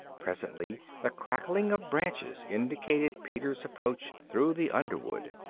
presently the crackling of branches indicated peter's approach through the underwood.